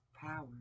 power